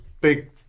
big